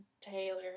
Taylor